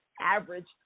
average